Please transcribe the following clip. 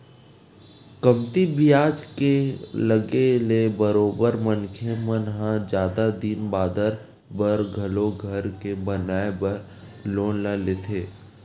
कमती बियाज के लगे ले बरोबर मनखे मन ह जादा दिन बादर बर घलो घर के बनाए बर लोन ल लेथे